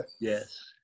yes